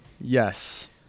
yes